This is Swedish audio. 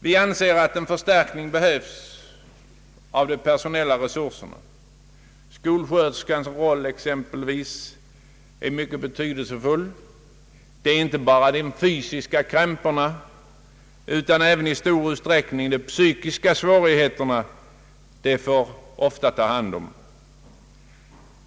Vi anser att en förstärkning behövs av de personella resurserna. Skolsköterskornas roll är exempelvis mycket betydelsefull. Det är inte bara de fysiska krämporna utan även i stor utsträckning de psykiska svårigheterna som de får ta hand om.